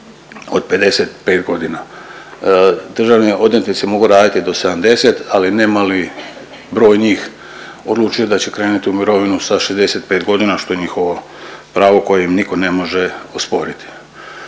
od 55.g.. Državni odvjetnici mogu radit do 70, ali nemali broj njih odluči da će krenuti u mirovinu sa 65.g., što je njihovo pravo koje im niko ne može osporiti.